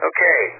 Okay